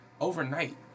overnight